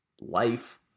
life